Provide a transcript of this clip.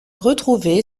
retrouvé